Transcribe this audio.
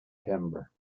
timber